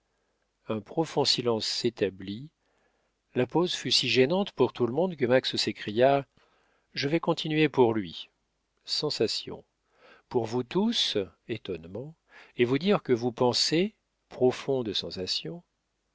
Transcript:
un profond silence s'établit la pause fut si gênante pour tout le monde que max s'écria je vais continuer pour lui sensation pour vous tous étonnement et vous dire ce que vous pensez profonde sensation